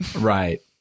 Right